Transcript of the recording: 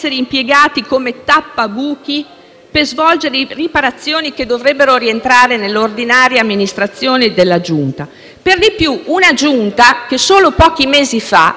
per svolgere riparazioni che dovrebbero rientrare nell'ordinaria amministrazione della Giunta. Per di più, si tratta di una Giunta che solo pochi mesi fa ha detto no alle Olimpiadi